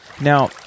now